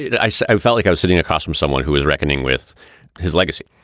yeah i said i felt like i'm sitting across from someone who is reckoning with his legacy.